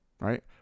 right